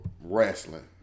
wrestling